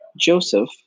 Joseph